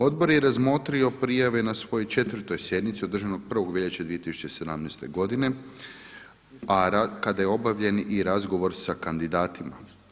Odbor je razmotrio prijave na svojoj 4. sjednici održanoj 1. veljače 2017. godine, a kada je obavljen i razgovor sa kandidatima.